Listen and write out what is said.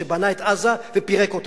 שבנה את עזה ופירק אותה,